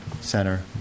center